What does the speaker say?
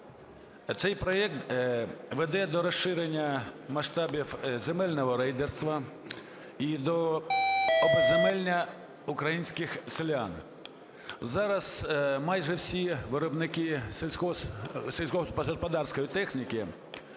Цей проект веде до розширення масштабів земельного рейдерства і до обезземелення українських селян. Зараз майже всі виробники сільськогосподарської техніки